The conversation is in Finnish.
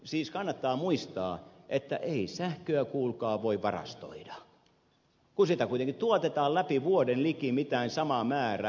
siis kannattaa muistaa että ei sähköä kuulkaa voi varastoida kun sitä kuitenkin tuotetaan läpi vuoden likipitäen sama määrä